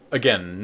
again